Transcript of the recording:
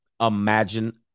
Imagine